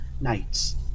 nights